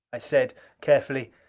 i said carefully,